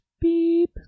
beep